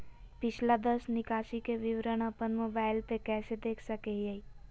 पिछला दस निकासी के विवरण अपन मोबाईल पे कैसे देख सके हियई?